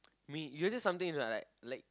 me your just something are like